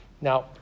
Now